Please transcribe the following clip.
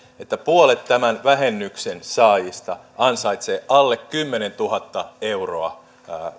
että puolet tämän vähennyksen saajista ansaitsee alle kymmenentuhatta euroa